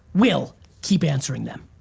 we'll keep answering them.